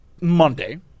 Monday